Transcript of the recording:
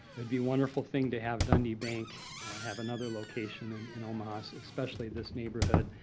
it would be wonderful thing to have dundee bank have another location and in omaha, especially this neighborhood.